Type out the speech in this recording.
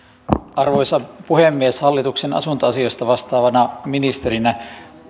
arvoisa puhemies hallituksen asuntoasioista vastaavana ministerinä